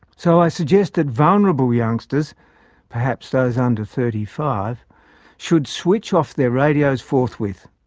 so i suggest that vulnerable youngsters perhaps those under thirty-five should switch off their radios forthwith.